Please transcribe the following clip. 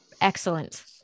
excellent